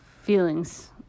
feelings